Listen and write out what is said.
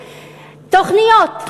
תוכניות,